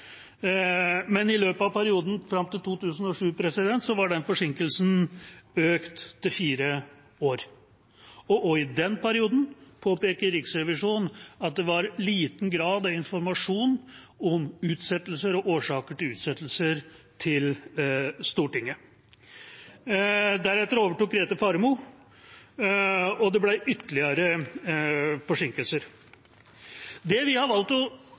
fram til 2007 var den forsinkelsen økt til fire år. Også i den perioden påpeker Riksrevisjonen at det var liten grad av informasjon om utsettelser og årsaker til utsettelser til Stortinget. Deretter overtok Grete Faremo, og det ble ytterligere forsinkelser. Det vi har valgt å